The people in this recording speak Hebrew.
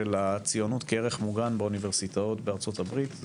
הציונות כערך מוגן באוניברסיטאות בארצות הברית.